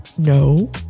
No